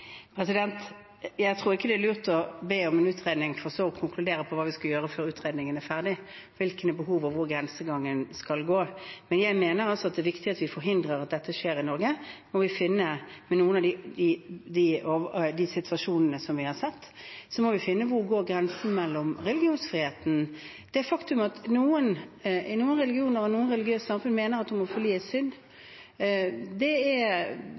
Jeg tror ikke det er lurt å be om en utredning for så å konkludere på hva vi skal gjøre før utredningen er ferdig, hvilke behov det er, og hvor grensegangen skal gå. Men jeg mener det er viktig at vi forhindrer at dette skjer i Norge. Med noen av de situasjonene vi har sett, må vi finne ut hvor grensen går med tanke på religionsfriheten. Det faktum at man i noen religioner og noen religiøse samfunn mener at homofili er synd, kan jeg synes at er helt horribelt, fordi det strider helt mot mitt syn. Spørsmålet er